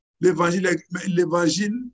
l'évangile